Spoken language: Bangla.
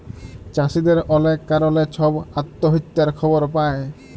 চাষীদের অলেক কারলে ছব আত্যহত্যার খবর পায়